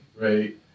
right